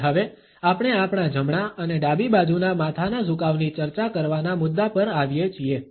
અને હવે આપણે આપણા જમણા અને ડાબી બાજુના માથાના ઝુકાવની ચર્ચા કરવાના મુદ્દા પર આવીએ છીએ